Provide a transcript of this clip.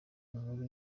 inkuru